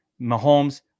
Mahomes